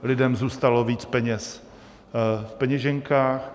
Lidem zůstalo víc peněz v peněženkách.